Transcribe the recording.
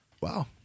Wow